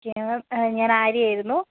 okay ma'am ഞാൻ ആര്യയായിരുന്നു